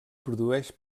produeix